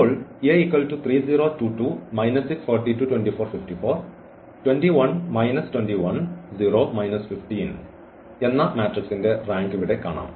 ഇപ്പോൾ എന്ന മാട്രിക്സിന്റെ റാങ്ക് ഇവിടെ കാണാം